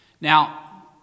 Now